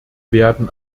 werden